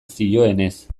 zioenez